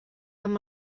amb